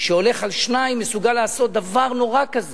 שהולך על שניים מסוגל לעשות דבר נורא כזה?